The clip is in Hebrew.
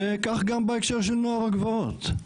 וכך גם בהקשר של נוער הגבעות,